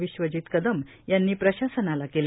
विश्वजीत कदम यांनी प्रशासनाला केल्या